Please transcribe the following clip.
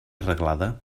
arreglada